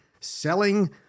selling